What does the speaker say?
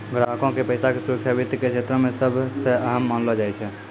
ग्राहको के पैसा के सुरक्षा वित्त के क्षेत्रो मे सभ से अहम मानलो जाय छै